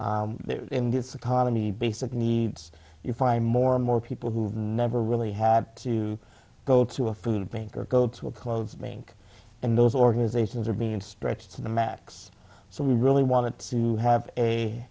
needs in this economy basic needs you find more and more people who've never really had to go to a food bank or go to a close bank and those organizations are being stretched to the max so we really wanted to have a